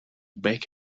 back